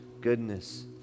goodness